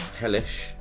Hellish